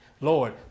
Lord